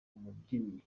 umubyinnyi